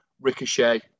Ricochet